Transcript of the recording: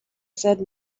said